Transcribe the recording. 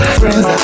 friends